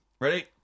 Ready